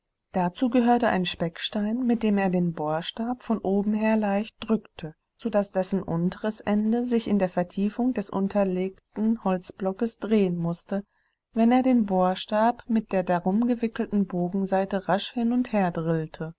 dazu gehörte ein speckstein mit dem er den bohrstab von oben her leicht drückte so daß dessen unteres ende sich in der vertiefung des unterlegten holzblockes drehen mußte wenn er den bohrstab mit der darumgewickelten bogensaite rasch hin und her